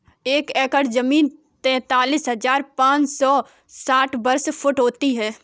एक एकड़ जमीन तैंतालीस हजार पांच सौ साठ वर्ग फुट होती है